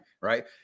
Right